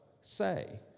Say